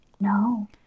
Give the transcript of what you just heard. No